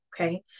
Okay